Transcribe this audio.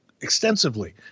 extensively